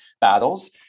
battles